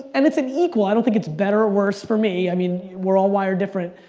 and it's an equal, i don't think it's better, or worse, for me, i mean, we're all wired different.